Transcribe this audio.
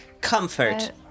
comfort